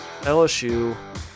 LSU